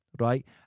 Right